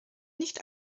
nicht